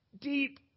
deep